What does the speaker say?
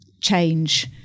change